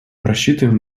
рассчитываем